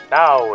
now